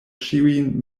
ĉiujn